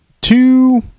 two